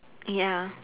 ya